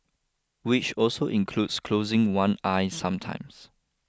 which also includes closing one eye sometimes